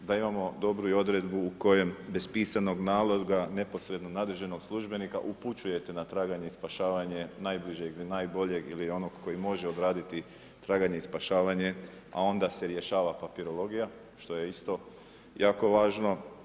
Da imao dobru odredbu, u kojem bez pisanog naloga, neposrednog nadređenog službenika upućujete na traganje i spašavanje najbližeg ili najboljeg ili onog koji može obraditi traganje i spašavanje, a onda se rješava papirologija, što je isto jako važno.